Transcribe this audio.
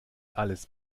alles